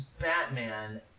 Batman